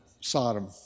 Sodom